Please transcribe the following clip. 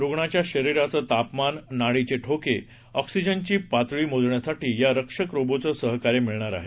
रुग्णाच्या शरीराचं तापमान नाडीचे ठोके ऑक्सीजनची पातळी मोजण्यासाठी या रक्षक रोबोटचं सहकार्य मिळणार आहे